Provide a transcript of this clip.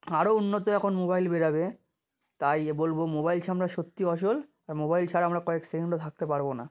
আরও উন্নত যখন মোবাইল বেরাবে তাই বলবো মোবাইল ছায়া আমরা সত্যি অসোল আর মোবাইল ছাড়া আমরা কয়েক সেকেন্ডও থাকতে পারবো না